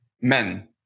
men